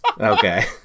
Okay